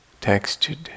textured